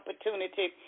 opportunity